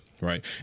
right